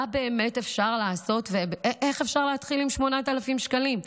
מה באמת אפשר לעשות ואיך אפשר להתחיל עם 8,000 שקלים?